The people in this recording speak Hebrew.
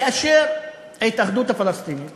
כאשר ההתאחדות הפלסטינית